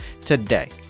today